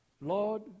Lord